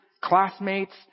classmates